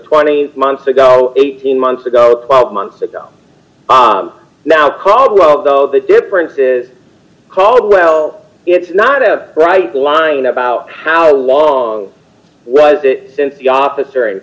twenty months ago eighteen months ago twelve months ago now caldwell though the difference is caldwell it's not a bright line about how long was it since the officer and